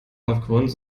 aufgrund